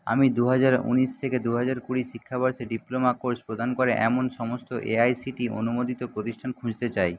আমি দুহাজার উনিশ থেকে দুহাজার কুড়ি শিক্ষাবর্ষে ডিপ্লোমা কোর্স প্রদান করে এমন সমস্ত এআইসিটিই অনুমোদিত প্রতিষ্ঠান খুঁজতে চাই